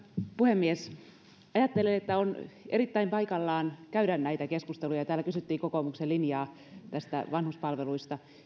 puhemies ajattelen että on erittäin paikallaan käydä näitä keskusteluja täällä kysyttiin kokoomuksen linjaa vanhuspalveluista